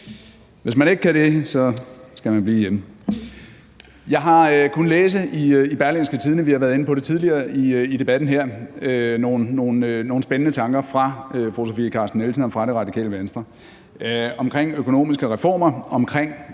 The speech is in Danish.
Hvis man ikke kan det, skal man blive hjemme. Jeg har kunnet læse i Berlingske – vi har været inde på det tidligere i debatten her – nogle spændende tanker fra fru Sofie Carsten Nielsen og fra Det Radikale Venstre omkring